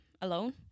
alone